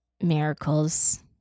miracles